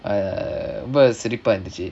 uh ரொம்ப சிரிப்பா இருந்துச்சு:romba sirippaa irunthuchu